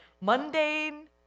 mundane